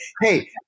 hey